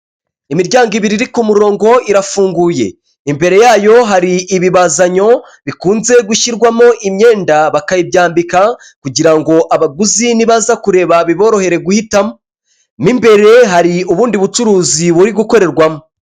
Imiryango ibiri iri ku murongo irafunguye, imbere yayo hari ibibazanyo bikunze gushyirwamo imyenda bakayibyayandika kugira ngo abaguzi nibaza kure babiborohere guhitamo, n'imbere hari ubundi bucuruzi buri gukorerwamo.